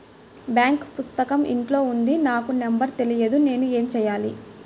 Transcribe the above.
Bank పుస్తకం ఇంట్లో ఉంది నాకు నంబర్ తెలియదు నేను ఏమి చెయ్యాలి?